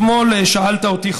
אתמול שאלת אותי,